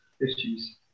issues